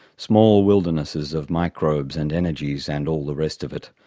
small wildernesses of microbes and energies and all the rest of it.